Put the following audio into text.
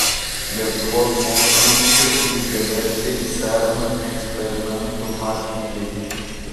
lietuvos mokslininkai lygiaverčiai cern eksperimentų partneriai